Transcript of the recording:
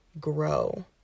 grow